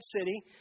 city